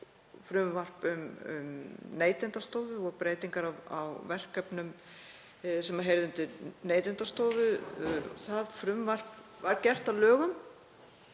frumvarp um Neytendastofu og breytingar á verkefnum sem heyra undir hana. Það frumvarp var gert að lögum